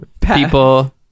people